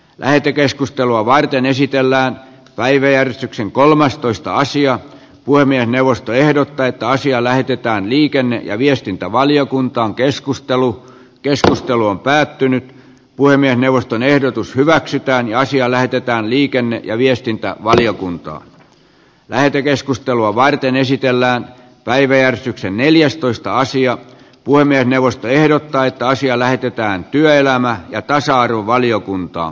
lähetekeskustelua varten esitellään päiväjärjestyksen kolmastoista asiaa puiminen neuvosto ehdottaa että asia lähetetään liikenne ja viestintävaliokuntaankeskustelu keskustelu on päättynyt puhemiesneuvoston ehdotus hyväksytään asia lähetetään liikenne ja viestintävaliokuntaan lähetekeskustelua varten esitellään päiväjärjestyksen neljästoista sija puhemiesneuvosto ehdottaa että asia lähetetään työelämä ja tasa arvovaliokuntaan